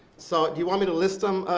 so do you want me to list them,